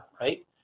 right